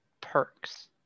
perks